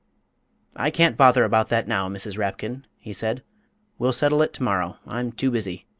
i can't bother about that now, mrs. rapkin, he said we'll settle it to-morrow. i'm too busy.